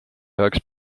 heaks